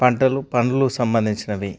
పంటలు పండ్లు సంబంధించినవి